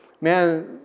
Man